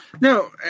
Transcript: No